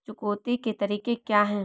चुकौती के तरीके क्या हैं?